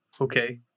Okay